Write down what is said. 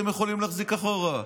אתם יכולים להחזיר אחורה,